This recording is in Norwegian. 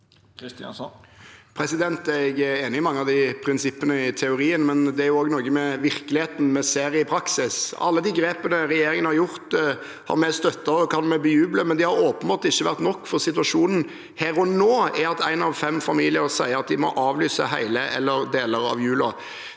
er i teorien enig i mange av de prinsippene, men det er noe med virkeligheten vi ser i praksis. Alle de grepene regjeringen har tatt, har vi støttet og kan vi bejuble, men det har åpenbart ikke vært nok, for situasjonen her og nå er at én av fem familier sier at de må avlyse hele eller deler av julen.